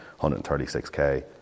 136k